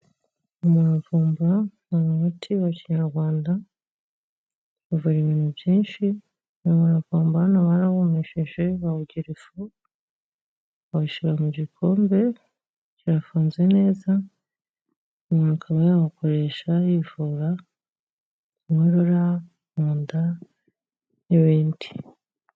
Umuravumba ni umuti wa Kinyarwanda, uvura ibintu byinshi, umuravumba hano barawumishije bawugira ifu, bawushyira mu gikombe, kirafunze neza, umuntu akaba yawukoresha yivura inkorora, mu nda n'ibindi.